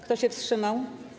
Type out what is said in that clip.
Kto się wstrzymał?